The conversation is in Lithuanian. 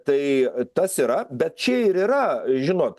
tai tas yra bet čia ir yra žinot